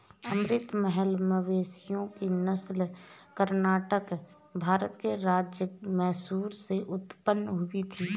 अमृत महल मवेशियों की नस्ल कर्नाटक, भारत के राज्य मैसूर से उत्पन्न हुई थी